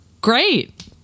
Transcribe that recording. great